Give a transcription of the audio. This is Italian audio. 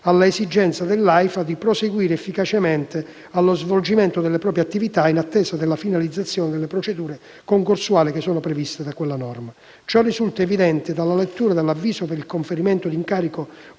all'esigenza dell'Aifa di proseguire efficacemente nello svolgimento delle proprie attività, in attesa della finalizzazione delle procedure concorsuali previste dalla legge. Ciò risulta evidente dalla lettura dell'avviso per il conferimento di incarico